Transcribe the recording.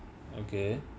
okay